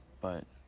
but